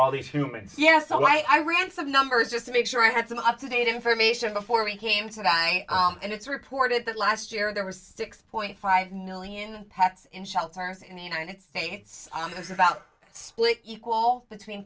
all these humans yes so i ran some numbers just to make sure i had some up to date information before we came to die and it's reported that last year there were six point five million packs in shelters in the united states i was about split equal between